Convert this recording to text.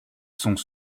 sont